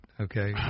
okay